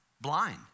blind